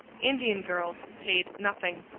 indian girls paid nothing.